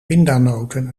pindanoten